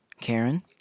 Karen